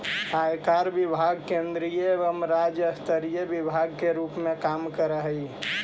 आयकर विभाग केंद्रीय एवं राज्य स्तरीय विभाग के रूप में काम करऽ हई